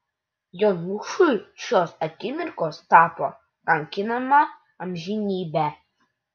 jonušui šios akimirkos tapo kankinama amžinybe